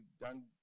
done